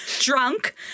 drunk